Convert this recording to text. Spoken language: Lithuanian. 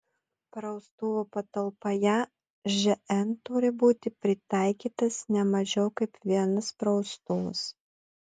praustuvų patalpoje žn turi būti pritaikytas ne mažiau kaip vienas praustuvas